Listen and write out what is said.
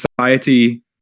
society